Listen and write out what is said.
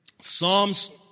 Psalms